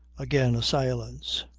again a silence.